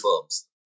firms